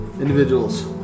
individuals